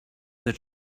that